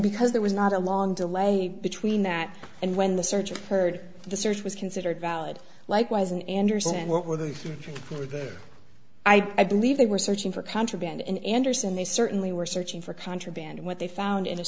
because there was not a long delay between that and when the search occurred the search was considered valid likewise in anderson were they were they i believe they were searching for contraband in anderson they certainly were searching for contraband what they found in a